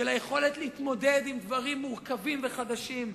של היכולת להתמודד עם דברים מורכבים וחדשים.